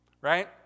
right